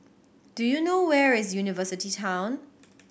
do you know where is University Town